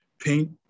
paint